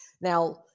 Now